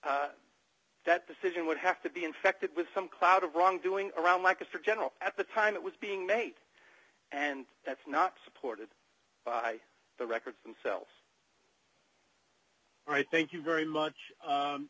accurate that decision would have to be infected with some cloud of wrongdoing around micah for general at the time it was being made and that's not supported by the records themselves i thank you very much